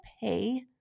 pay